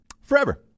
Forever